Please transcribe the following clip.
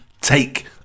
Take